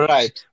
Right